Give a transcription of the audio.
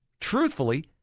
Truthfully